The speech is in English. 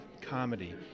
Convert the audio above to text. comedy